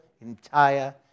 entire